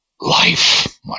Life